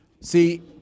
See